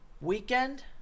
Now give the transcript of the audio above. weekend